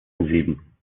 sieben